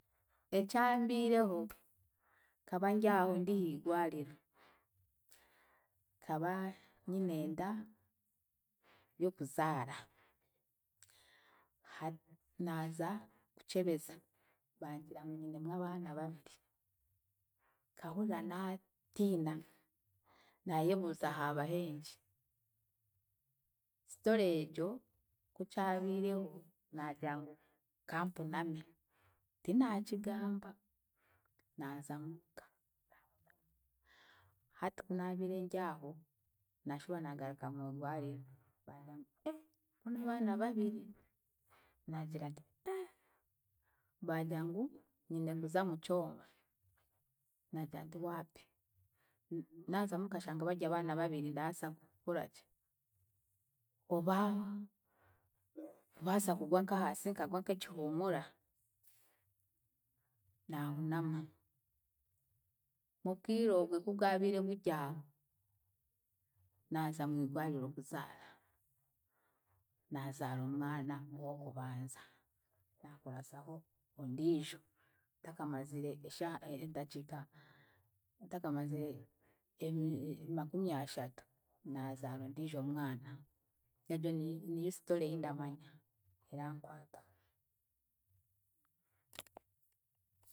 Ekyambiireho, nkaba ndyaho ndi higwariro, nkaba nyinenda y'okuzaara, ha- naaza kukyebeza bangira ngu nyinemu abaana bati, nkahurira naatiina, naayebuuza haabahenki. Story egyo ku kyabiireho, naagira ngu kampuname, tinaakigamba, naaza muuka. Hati kunaabiire ndyaho, naashuba naagaruka mwigwariro bangamba ee kunabaana babiri, naagira nti ee, bagira ngu nyine kuza mukyoma, naagira nti waapi, naazamu nkashanga baryabaana babiri ndabaasa kukoraki oba, baasa kugwa nk'ahansi nkagwa nk'ekihuumura, naahunama, mubwire obwo kubwabiire buryaho, naaza mwigwariro kuzaara, naazaara omwana ow'okubanza, naakurasaho ondiijo ntakamazire eshaaha e- edakiika ntakamazire emye makumyashatu, naazaara ondiijo mwana, egyo ni- niyo story ei ndamanya erankwataho.